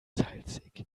salzig